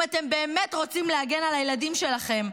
אם אתם באמת רוצים להגן על הילדים שלכם,